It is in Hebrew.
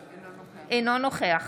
אינו נוכח